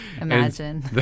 imagine